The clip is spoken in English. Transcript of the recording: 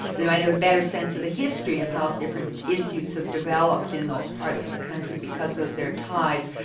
they might have a better sense of the history of how different issues have developed in those parts of the country, because of their ties.